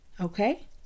Okay